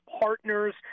partners